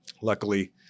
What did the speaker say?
Luckily